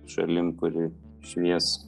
šalim kuri švies